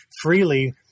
freely